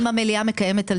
אם המליאה מקיימת על זה דיון.